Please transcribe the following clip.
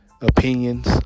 opinions